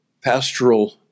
pastoral